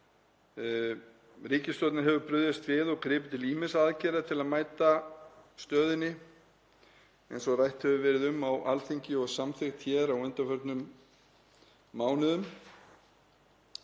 Ríkisstjórnin hefur brugðist við og gripið til ýmissa aðgerða til að mæta stöðunni eins og rætt hefur verið um á Alþingi og samþykkt hér á undanförnum mánuðum.